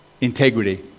Integrity